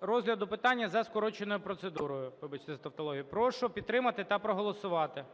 розгляду питання за скороченою процедурою. Вибачте за тавтологію. Прошу підтримати та проголосувати.